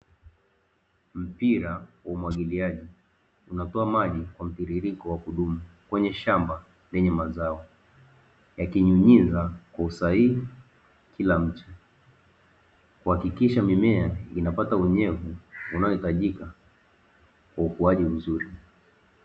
Mpira wa umwagiliaji unapewa maji kwa mtiririko wa kudumu kwenye shamba lenye mazao yakinyunyiza kwa usahihi kila mtu, kuhakikisha mimea inapata wenyewe unaohitajika kwa ukuaji mzuri.